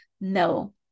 no